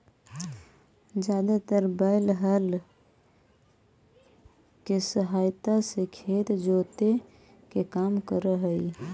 जादेतर बैल हल केसहायता से खेत जोते के काम कर हई